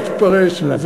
שלא יתפרש.